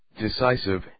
decisive